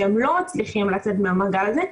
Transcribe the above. שהם לא מצליחים לצאת מהמעגל הזה,